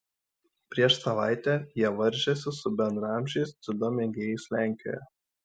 prieš savaitę jie varžėsi su bendraamžiais dziudo mėgėjais lenkijoje